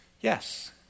Yes